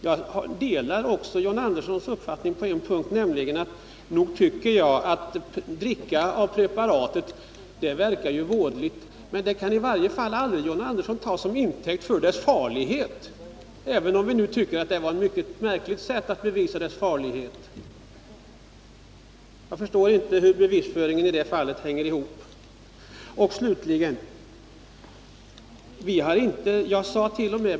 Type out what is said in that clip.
Jag delar John Anderssons uppfattning på en annan punkt, nämligen att det är vådligt att dricka av hormoslyrpreparatet. Men det kan John Andersson knappast ta till intäkt för påståenden om preparatets farlighet. Vi tycker att det är ett märkligt sätt att försöka bevisa preparatets ofarlighet. Jag förstår inte hur John Anderssons bevisföring hänger ihop.